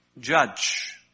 Judge